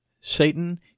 Satan